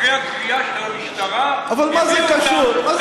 אחרי הקריאה של המשטרה, הביאו אותם לתחנות המשטרה?